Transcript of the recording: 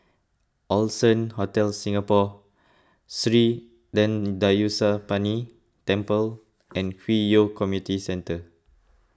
Allson Hotel Singapore Sri thendayuthapani Temple and Hwi Yoh Community Centre